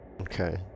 Okay